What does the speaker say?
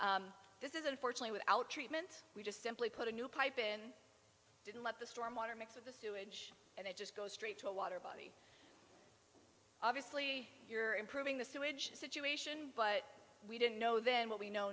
this is unfortunately without treatment we just simply put a new pipe in didn't let the storm water mix with the sewage and it just goes straight to a water body obviously you're improving the sewage situation but we didn't know then what we know